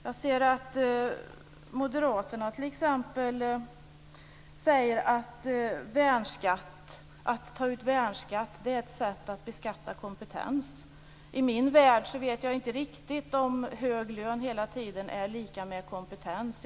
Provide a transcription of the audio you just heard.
Jag ser att Moderaterna t.ex. säger att det är ett sätt att beskatta kompetens att ta ut värnskatt. I min värld vet jag inte riktigt om hög lön hela tiden är lika med kompetens.